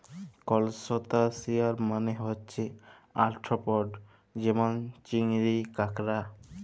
করসটাশিয়াল মালে হছে আর্থ্রপড যেমল চিংড়ি, কাঁকড়া